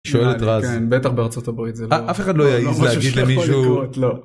שואל את רז. בטח בארצות הברית זה לא אף אחד לא יכול להגיד למישהו.